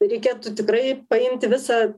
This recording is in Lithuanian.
reikėtų tikrai paimti visą